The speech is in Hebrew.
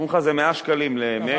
אומרים לך: זה 100 שקלים ל"מגה".